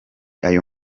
ayo